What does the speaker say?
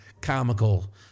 comical